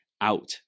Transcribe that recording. out